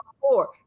four